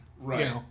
Right